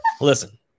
Listen